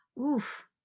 oof